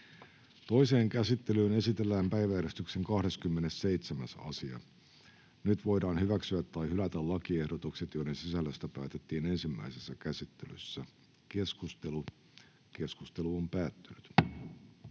Toiseen käsittelyyn esitellään päiväjärjestyksen 18. asia. Nyt voidaan hyväksyä tai hylätä lakiehdotukset, joiden sisällöstä päätettiin ensimmäisessä käsittelyssä. — Keskustelu, edustaja